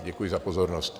Děkuji za pozornost.